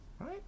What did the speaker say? Right